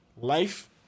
life